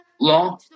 law